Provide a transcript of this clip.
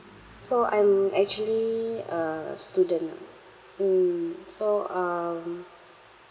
so I'm actually a student ah mm so um